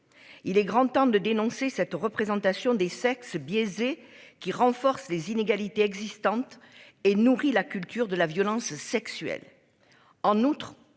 Il est grand temps de dénoncer cette représentation des sexes biaisé qui renforce les inégalités existantes et nourrit la culture de la violence sexuelle. En outre,